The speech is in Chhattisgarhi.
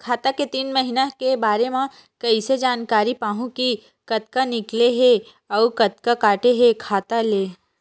खाता के तीन महिना के बारे मा कइसे जानकारी पाहूं कि कतका निकले हे अउ कतका काटे हे खाता ले?